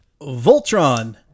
Voltron